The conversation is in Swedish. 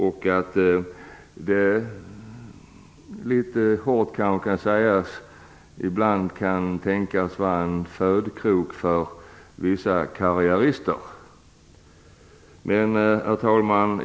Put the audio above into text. Litet hårt kan det kanske sägas att FN ibland kan tänkas vara en födkrok för vissa karriärister. Herr talman!